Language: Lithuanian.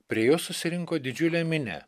prie jo susirinko didžiulė minia